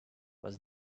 was